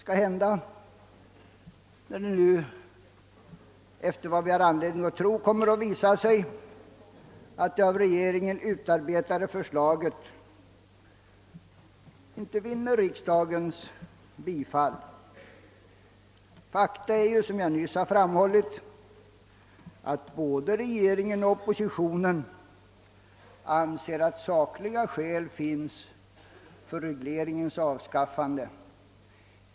Vad händer när det av regeringen utarbetade förslaget enligt vad vi har anledning tro inte vinner riksdagens bifall? Faktum är ju att både regeringen och oppositionen anser sakliga skäl föreligga för regleringens avskaffande.